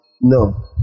No